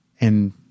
and-